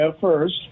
first